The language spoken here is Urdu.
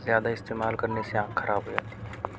زیادہ استعمال کرنے سے آنکھ خراب ہو جاتی ہے